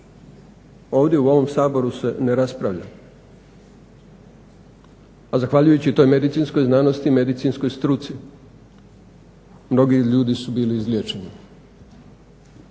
ovdje u ovom Saboru se ne raspravlja. A zahvaljujući toj medicinskoj znanosti i medicinskoj struci mnogi ljudi su bili izliječeni.